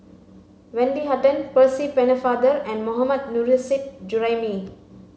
Wendy Hutton Percy Pennefather and Mohammad Nurrasyid Juraimi